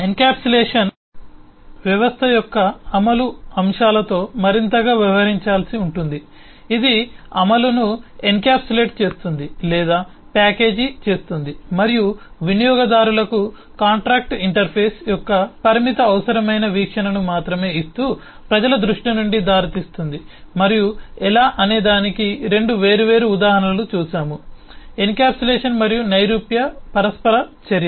encapsulation వ్యవస్థ యొక్క అమలు అంశాలతో మరింతగా వ్యవహరించాల్సి ఉంటుంది ఇది అమలును ఎన్క్యాప్సులేట్ చేస్తుంది లేదా ప్యాకేజీ చేస్తుంది మరియు వినియోగదారులకు కాంట్రాక్టు ఇంటర్ఫేస్ యొక్క పరిమిత అవసరమైన వీక్షణను మాత్రమే ఇస్తూ ప్రజల దృష్టి నుండి దారి తీస్తుంది మరియు ఎలా అనేదానికి 2 వేర్వేరు ఉదాహరణలను చూశాము ఎన్కప్సులేషన్ మరియు నైరూప్య పరస్పర చర్య